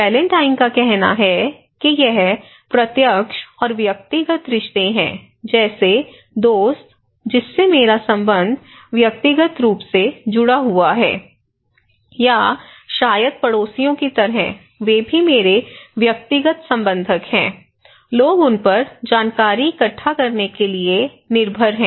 Valentine का कहना है कि यह प्रत्यक्ष और व्यक्तिगत रिश्ते हैं जैसे दोस्त जिससे मेरा संबंध व्यक्तिगत रूप से जुड़ा हुआ है या शायद पड़ोसियों की तरह वे भी मेरे व्यक्तिगत संबंधक हैं लोग उन पर जानकारी इकट्ठा करने के लिए निर्भर हैं